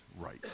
right